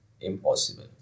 Impossible